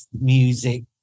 music